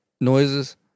noises